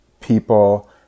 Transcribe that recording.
people